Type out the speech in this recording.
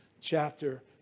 chapter